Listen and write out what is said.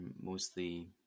mostly